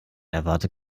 erwarte